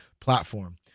platform